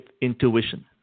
intuition